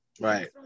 right